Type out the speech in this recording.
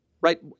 right